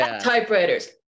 Typewriters